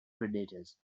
predators